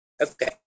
Okay